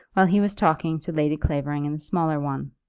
while he was talking to lady clavering in the smaller one.